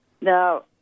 Now